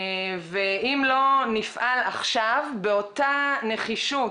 ואם לא נפעל עכשיו באותה נחישות